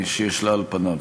שיש לה על פני הדברים.